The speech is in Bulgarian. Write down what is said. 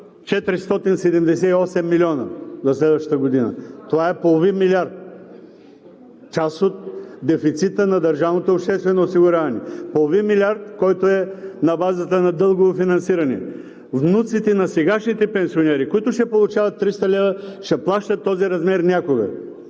478 милиона за следващата година. Това е половин милиард, част от дефицита на държавното обществено осигуряване. Половин милиард, който е на базата на дългово финансиране. Внуците на сегашните пенсионери, които ще получават 300 лв., ще плащат този размер някога.